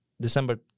December